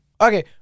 Okay